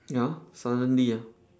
ya suddenly ah